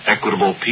Equitable